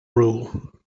rule